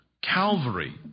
Calvary